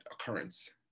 occurrence